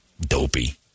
dopey